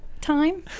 time